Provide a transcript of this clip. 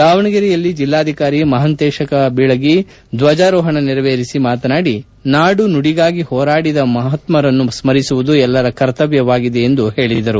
ದಾವಣಗೆರೆಯಲ್ಲಿ ಜಿಲ್ಲಾಧಿಕಾರಿ ಮಹಾಂತೇಶ ಬೀಳಗಿ ಧ್ವಜಾರೋಪಣ ನೆರವೇರಿಸಿ ಮಾತನಾಡಿ ನಾಡು ನುಡಿಗಾಗಿ ಹೋರಾಡಿದ ಮಹಾತ್ಮರನ್ನು ಸ್ಮರಿಸುವುದು ಎಲ್ಲರ ಕರ್ತವ್ಯವಾಗಿದೆ ಎಂದು ಹೇಳಿದರು